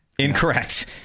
Incorrect